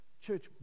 church